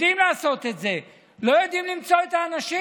יודעים לעשות את זה, ולא יודעים למצוא את האנשים?